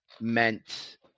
meant